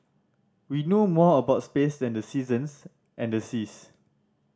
we know more about space than the seasons and the seas